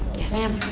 yes ma'am.